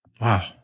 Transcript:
Wow